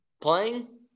Playing